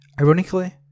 Ironically